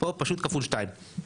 פה פשוט כפול שתיים,